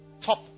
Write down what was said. top